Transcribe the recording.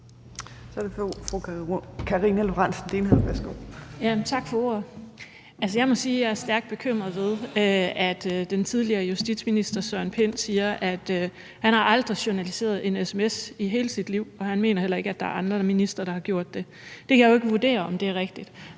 Værsgo. Kl. 13:23 Karina Lorentzen Dehnhardt (SF): Tak for ordet. Jeg må sige, at jeg er stærkt bekymret ved, at den tidligere justitsminister Søren Pind siger, at han aldrig har journaliseret en sms i hele sit liv, og at han heller ikke mener, at andre ministre har gjort det. Jeg kan jo ikke vurdere, om det er rigtigt.